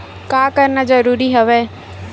का करना जरूरी हवय?